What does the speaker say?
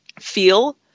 feel